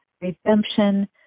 Redemption